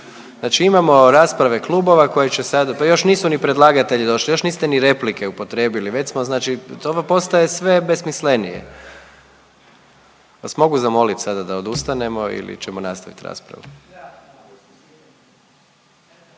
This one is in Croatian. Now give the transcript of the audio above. Znači imamo rasprave klubova koje će sada, pa još nisu ni predlagatelji došli, još niste ni replike upotrijebili već smo znači, ovo postaje sve besmislenije. Jel vas mogu zamolit sada da odustanemo ili ćemo nastavit raspravu?